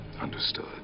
understood